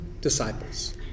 disciples